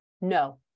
No